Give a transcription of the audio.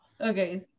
Okay